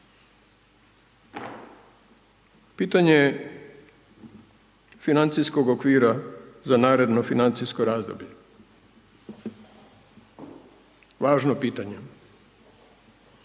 Pitanje financijskog okvira za naredno financijsko razdoblje, važno pitanje,